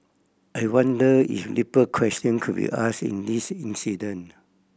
I wonder if deeper question could be asked in this incident